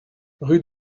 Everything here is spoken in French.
rue